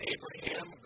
Abraham